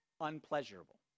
unpleasurable